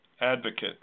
advocate